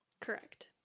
Correct